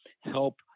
help